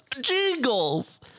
jingles